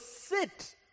sit